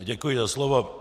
Děkuji za slovo.